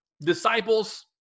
Disciples